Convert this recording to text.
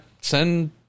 send